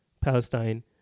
Palestine